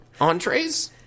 entrees